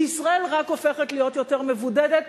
שישראל רק הופכת להיות יותר מבודדת?